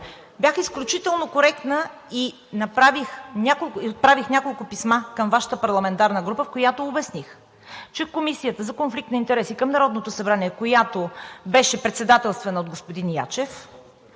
бях изключително коректна и отправих няколко писма към Вашата парламентарна група. Обясних, че в Комисията за конфликт на интереси към Народното събрание, която беше председателствана от господин Ячев,